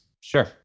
Sure